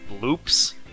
loops